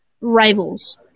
rivals